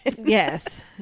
yes